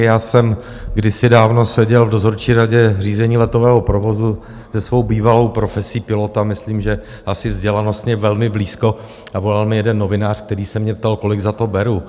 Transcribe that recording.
Já jsem kdysi dávno seděl v dozorčí radě řízení letového provozu, se svou bývalou profesí pilota myslím, že asi vzdělanostně velmi blízko, a volal mi jeden novinář, který se mě ptal, kolik za to beru.